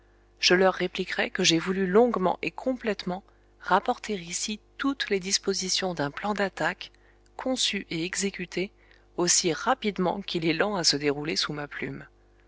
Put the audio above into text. je leur répliquerai que j'ai voulu longuement et complètement rapporter ici toutes les dispositions d'un plan d'attaque conçu et exécuté aussi rapidement qu'il est lent à se dérouler sous ma plume